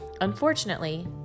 Unfortunately